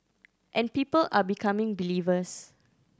and people are becoming believers